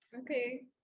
Okay